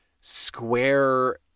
square